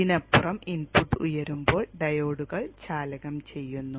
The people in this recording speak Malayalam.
ഇതിനപ്പുറം ഇൻപുട്ട് ഉയരുമ്പോൾ ഡയോഡുകൾ ചാലകം ചെയ്യുന്നു